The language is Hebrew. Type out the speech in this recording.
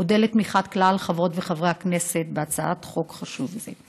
אודה על תמיכת כלל חברות וחברי הכנסת בהצעת חוק חשובה זו.